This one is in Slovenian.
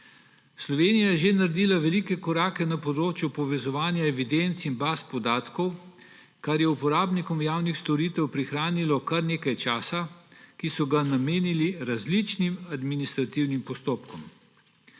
Slovenija je že naredila velike korake na področju povezovanja evidenc in baz podatkov, kar je uporabnikom javnih storitev prihranilo kar nekaj časa, ki so ga namenili različnim administrativnim postopkom.